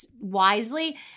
wisely